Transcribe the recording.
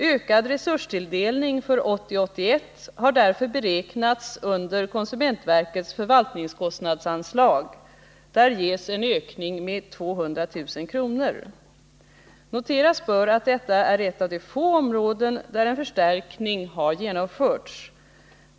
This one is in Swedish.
Ökad resurstilldelning för 1980/81 har därför beräknats under konsumentverkets förvaltningskostnadsanslag. Där ges en ökning med 200 000 kr. Noteras bör att detta är ett av de få områden där en förstärkning har genomförts.